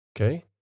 Okay